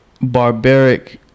barbaric